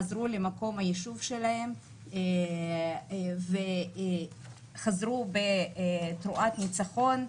חזרו למקום הישוב שלהם וחזרו בתרועת ניצחון,